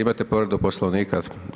Imate povredu Poslovnika?